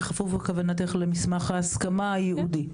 בכפוף, כוונתך למסמך ההסכמה הייעודי?